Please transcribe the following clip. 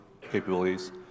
capabilities